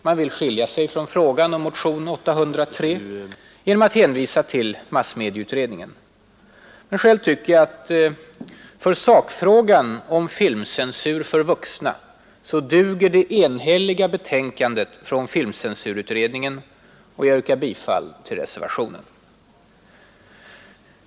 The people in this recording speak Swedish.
Man vill skilja sig från frågan och motionen 803 genom att hänvisa till massmedieutredningen. Själv tycker jag att för sakfrågan om filmcensur för vuxna duger det enhälliga betänkandet från filmcensurutredningen, och jag yrkar bifall till reservationen.